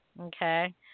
okay